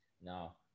now